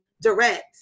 direct